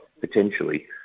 potentially